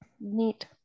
Neat